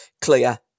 clear